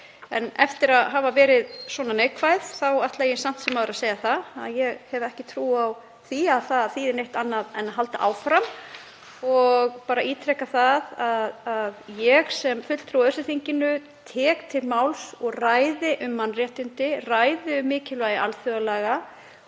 En eftir að hafa verið svona neikvæð ætla ég samt sem áður að segja að ég hef ekki trú á því að það þýði neitt annað en að halda áfram. Ég vil ítreka að ég sem fulltrúi á ÖSE-þinginu tek til máls og ræði um mannréttindi, ræði um mikilvægi alþjóðalaga.